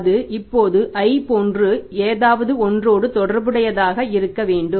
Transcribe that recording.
அது இப்போது i போன்று ஏதாவது ஒன்றோடு தொடர்புடையதாக இருக்க வேண்டும்